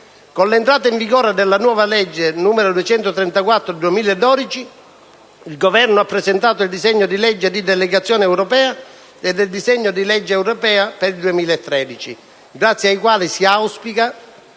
Con l'entrata in vigore della nuova legge, la n. 234 del 2012, il Governo ha presentato il disegno di legge di delegazione europea e il disegno di legge europea per il 2013, grazie ai quali si auspica